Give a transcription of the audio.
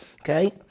okay